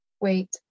wait